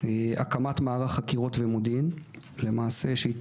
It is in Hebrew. הקמת מערך חקירות ומודיעין ייעודי.